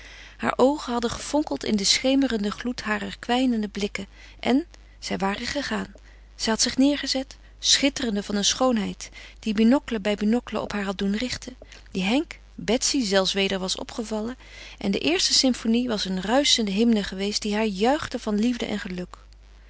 haar oogen hadden gefonkeld in den schemerenden gloed harer kwijnende blikken en zij waren gegaan zij had zich neergezet schitterende van een schoonheid die binocle bij binocle op haar had doen richten die henk betsy zelfs weder was opgevallen en de eerste symphonie was een ruischende hymme geweest die haar juichte van liefde en geluk